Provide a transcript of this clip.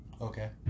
Okay